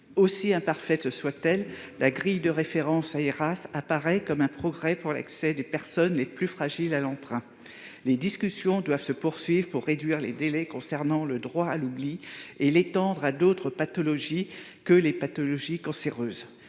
Aussi imparfaite soit-elle, la grille de référence Aeras apparaît comme un progrès pour l'accès des personnes les plus fragiles à l'emprunt. Les discussions doivent se poursuivre pour réduire les délais concernant le droit à l'oubli et étendre celui-ci à d'autres pathologies que les pathologies cancéreuses.